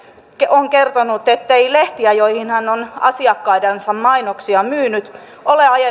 on kertonut ettei lehtiä joihin hän on asiakkaidensa mainoksia myynyt ole